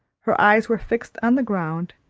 her eyes were fixed on the ground,